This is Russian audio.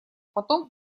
потом